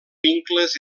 vincles